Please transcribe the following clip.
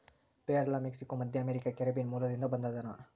ಪೇರಲ ಮೆಕ್ಸಿಕೋ, ಮಧ್ಯಅಮೇರಿಕಾ, ಕೆರೀಬಿಯನ್ ಮೂಲದಿಂದ ಬಂದದನಾ